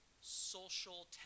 social